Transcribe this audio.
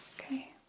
Okay